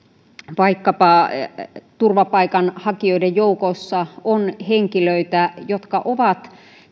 turvapaikanhakijoiden joukossa on henkilöitä jotka ovat